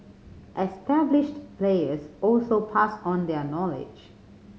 established players also pass on their knowledge